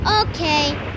okay